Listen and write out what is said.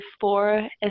Four